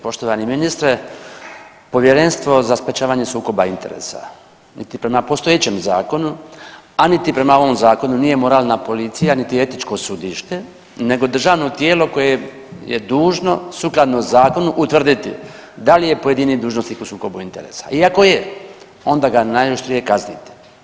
Poštovani ministre, Povjerenstvo za sprječavanje sukoba interesa niti prema postojećem zakonu, a niti prema ovom zakonu nije moralna policija, niti etičko sudište nego državno tijelo koje je dužno sukladno zakonu utvrditi da li je pojedini dužnosnik u sukobu interesa i ako je onda ga najoštrije kazniti.